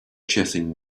chasing